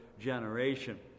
generation